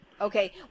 Okay